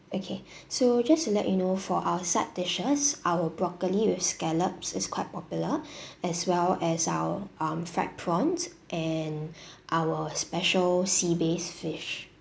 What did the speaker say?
okay so just to let you know for our side dishes our broccoli with scallops is quite popular as well as our um fried prawns and our special sea bass fish